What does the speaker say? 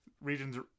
regions